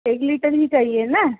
एक लीटर ही चाहिए ना